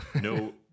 No